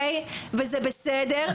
וזה בסדר.